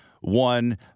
one